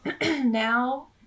now